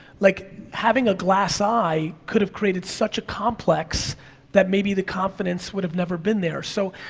like having a glass eye could have created such a complex that maybe the confidence would have never been there. so,